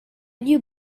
knew